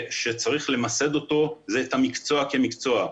שצריך למסד זה את המקצוע כמקצוע.